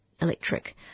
Electric